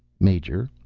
major,